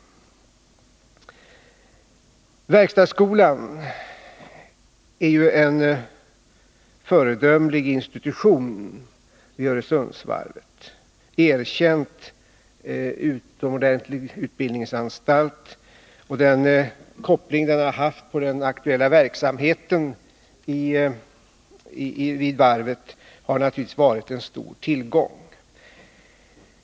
Verkstadsskolan vid Öresundsvarvet är ju en föredömlig institution, erkänd som en utomordentlig utbildningsanstalt. Den koppling den har haft till den aktuella verksamheten vid varvet har naturligtvis varit en stor tillgång.